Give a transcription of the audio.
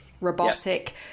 robotic